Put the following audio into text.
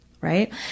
Right